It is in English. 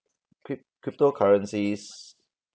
cryp~ cryptocurrencies